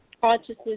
consciousness